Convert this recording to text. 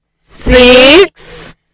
six